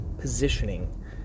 positioning